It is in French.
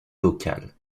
vocale